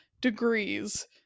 degrees